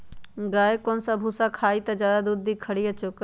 गाय कौन सा भूसा खाई त ज्यादा दूध दी खरी या चोकर?